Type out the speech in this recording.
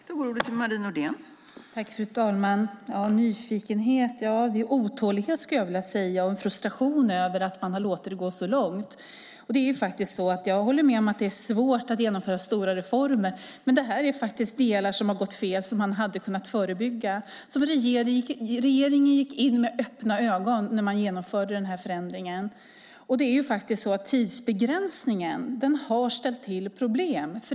Fru talman! Nyfikenhet, nja, otålighet skulle jag vilja säga, och en frustration över att man låtit det gå så långt. Jag håller med om att det är svårt att genomföra stora reformer, men det här är delar som gått fel och som man hade kunnat förebygga. Regeringen gick in med öppna ögon när den genomförde förändringen. Tidsbegränsningen har ställt till problem.